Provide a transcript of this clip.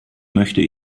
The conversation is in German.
möchte